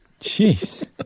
Jeez